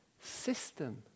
system